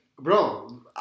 bro